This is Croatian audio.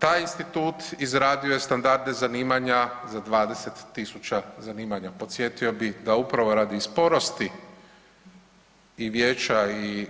Taj institut izradio je standarde zanimanja za 20.000 zanimanja, podsjetio bi da upravo radi sporosti i vijeća i